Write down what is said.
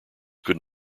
could